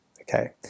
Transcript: Okay